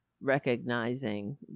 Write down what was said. recognizing